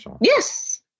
Yes